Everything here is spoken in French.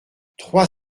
trois